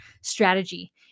strategy